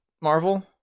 Marvel